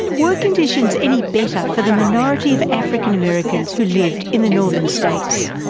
were conditions any better for the minority of african americans who lived in the northern states?